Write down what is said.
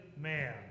man